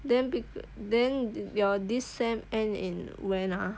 then then your this semester end in when ah